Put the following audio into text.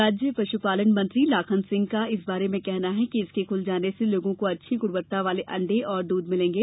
राज्य पशुपालन मंत्री लाखन सिंह का इस बारे में कहना है कि इसके खुल जाने से लोगों को अच्छी गुणवत्ता वाले अंडे और दूध मिलेंगे